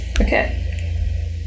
Okay